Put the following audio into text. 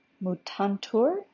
mutantur